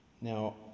Now